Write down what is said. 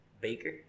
Baker